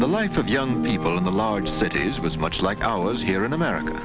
the life of young people in the large cities was much like ours here in america